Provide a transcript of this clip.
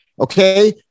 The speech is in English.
okay